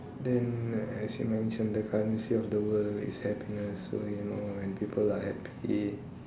then as you mention the currency of the world is happiness so you know when people are happy